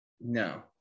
No